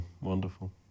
Wonderful